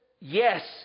yes